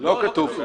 לא כתוב.